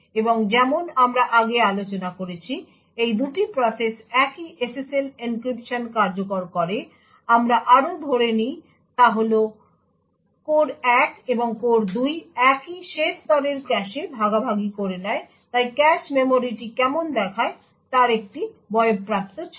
এবং যেমন আমরা আগে আলোচনা করেছি এই দুটি প্রসেস একই SSL এনক্রিপশন কার্যকর করে আমরা আরও ধরে নিই তা হল কোর 1 এবং কোর 2 একই শেষ স্তরের ক্যাশে ভাগাভাগি করে নেয় তাই ক্যাশ মেমরিটি কেমন দেখায় তার একটি বয়ঃপ্রাপ্ত ছবি